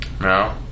No